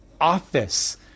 office